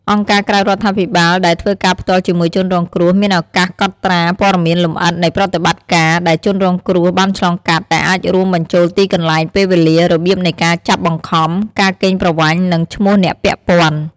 អង្គការក្រៅរដ្ឋាភិបាលដែលធ្វើការផ្ទាល់ជាមួយជនរងគ្រោះ មានឱកាសកត់ត្រាព័ត៌មានលម្អិតនៃប្រតិបត្តិការណ៍ដែលជនរងគ្រោះបានឆ្លងកាត់ ដែលអាចរួមបញ្ចូលទីកន្លែង ពេលវេលា របៀបនៃការចាប់បង្ខំ ការកេងប្រវ័ញ្ច និងឈ្មោះអ្នកពាក់ព័ន្ធ។